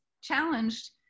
challenged